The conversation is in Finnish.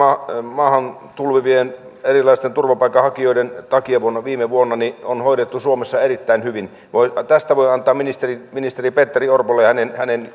maahan tulvivien erilaisten turvapaikanhakijoiden takia viime vuonna on hoidettu suomessa erittäin hyvin tästä voi antaa ministeri ministeri petteri orpolle ja hänen